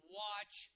watch